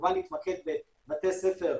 כמובן נתמקד בבתי ספר,